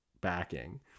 backing